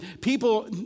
people